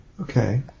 Okay